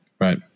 Right